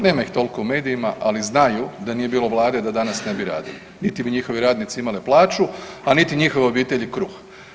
Nema ih toliko u medijima, ali znaju da nije bilo Vlade da danas ne bi radili niti bi njihovi radnici imali plaću, a niti njihove obitelji kruh.